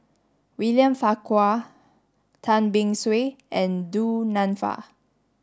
William Farquhar Tan Beng Swee and Du Nanfa